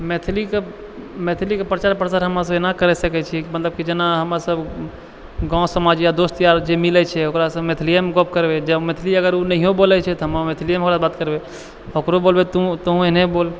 मैथिलीके प्रचार प्रसार हमरा सब एना करै सकै छी मतलब कि जेना हमर सभ गाँव समाज या दोस्त यार जे मिलै छै ओकरासँ मैथिलिएमे गप करबै जँ मैथिली अगर ओ नहिओ बोलै छै तऽ हमे मैथिलिएमे ओकरासँ बात करबै ओकरो बोलबै तोहूँ एहने बोल